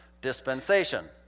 dispensation